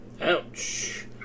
Ouch